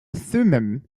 thummim